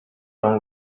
wrong